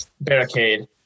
barricade